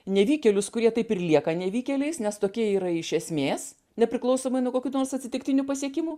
nevykėlius kurie taip ir lieka nevykėliais nes tokie yra iš esmės nepriklausomai nuo kokių nors atsitiktinių pasiekimų